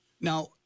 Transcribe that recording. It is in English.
Now